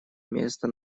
места